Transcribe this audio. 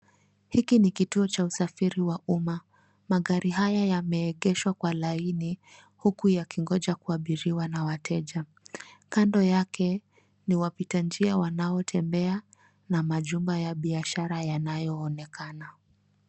Hiki ni kituo cha usafiri wa umma. Magari haya yameegeshwa kwa laini huku yakingoja kuabiriwa na wateja. Kando yake ni wapita njia wanaotembea na majumba ya biashara yanayoonekana.